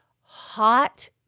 hot